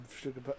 sugar